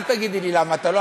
אל תגידי לי למה אתה לא,